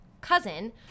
cousin